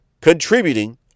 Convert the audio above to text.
contributing